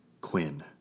Quinn